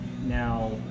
Now